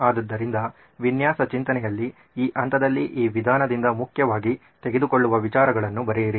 ಆದ್ದರಿಂದ ವಿನ್ಯಾಸ ಚಿಂತನೆಯಲ್ಲಿ ಈ ಹಂತದಲ್ಲಿ ಈ ವಿಧಾನದಿಂದ ಮುಖ್ಯವಾಗಿ ತೆಗೆದುಕೊಳ್ಳುವ ವಿಚಾರಗಳನ್ನು ಬರೆಯಿರಿ